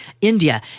India